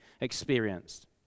experienced